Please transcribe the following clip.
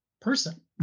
person